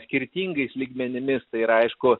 skirtingais lygmenimis tai yra aišku